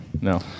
No